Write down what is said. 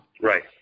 Right